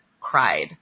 cried